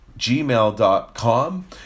gmail.com